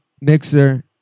mixer